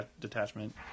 detachment